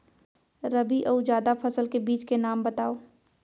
रबि अऊ जादा फसल के बीज के नाम बताव?